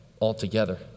altogether